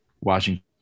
Washington